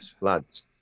lads